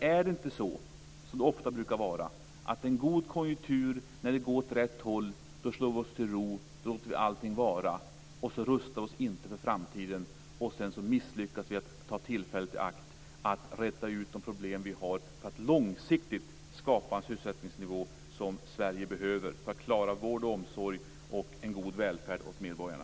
Är det inte så, som det ofta brukar vara, att när det är en god konjunktur, som går åt rätt håll, då slår vi oss till ro och låter allting vara. Vi rustar oss inte för framtiden. Sedan misslyckas vi med att ta tillfället i akt och räta ut de problem vi har med att långsiktigt skapa en sysselsättningsnivå som Sverige behöver för att klara vård, omsorg och en god välfärd åt medborgarna.